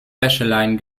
wäscheleinen